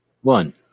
one